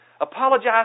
apologize